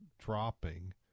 dropping